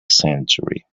century